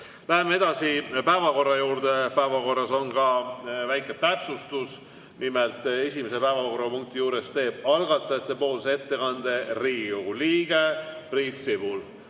Läheme päevakorra juurde. Päevakorras on ka väike täpsustus. Nimelt, esimese päevakorrapunkti juures teeb algatajate ettekande Riigikogu liige Priit Sibul.